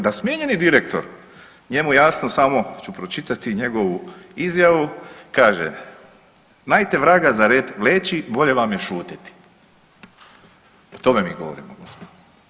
Da smijenjeni direktor, njemu jasno samo ću pročitati njegovu izjavu, kaže: „Najte vraga za rep vleči bolje vam je šuteti.“ O tome mi govorimo gospodo.